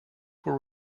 were